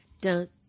Dun